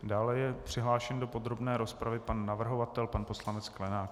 Dále je přihlášen do podrobné rozpravy pan navrhovatel, pan poslanec Sklenák.